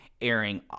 airing